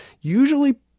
usually